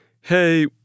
hey